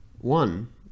One